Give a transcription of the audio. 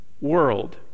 world